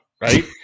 right